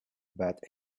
but